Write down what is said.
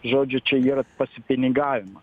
žodžiu čia yra pasipinigavimas